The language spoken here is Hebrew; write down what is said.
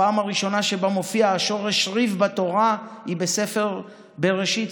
הפעם הראשונה שבה מופיע השורש רי"ב בתורה היא בספר בראשית,